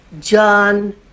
John